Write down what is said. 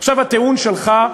עכשיו, הטיעון שלך,